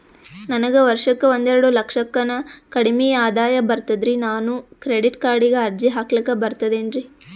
ನನಗ ವರ್ಷಕ್ಕ ಒಂದೆರಡು ಲಕ್ಷಕ್ಕನ ಕಡಿಮಿ ಆದಾಯ ಬರ್ತದ್ರಿ ನಾನು ಕ್ರೆಡಿಟ್ ಕಾರ್ಡೀಗ ಅರ್ಜಿ ಹಾಕ್ಲಕ ಬರ್ತದೇನ್ರಿ?